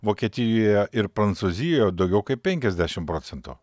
vokietijoje ir prancūzijoje daugiau kaip penkiasdešimt procentų